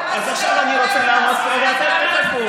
אז עכשיו אני רוצה לעמוד פה ואתם תחכו.